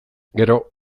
gero